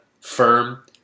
firm